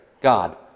God